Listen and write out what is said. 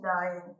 dying